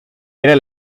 era